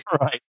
Right